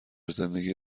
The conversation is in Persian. زندگی